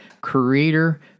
creator